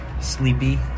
sleepy